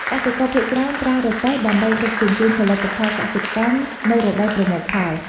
កសិករភាគច្រើនប្រើរទេះ ដើម្បីដឹកជញ្ជូនផលិតផលកសិកម្មនៅរដូវប្រមូលផល។